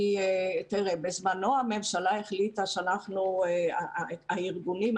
בזמנו הממשלה החליטה שהארגונים,